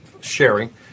sharing